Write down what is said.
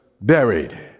buried